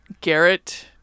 Garrett